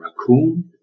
raccoon